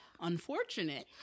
Unfortunate